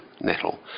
nettle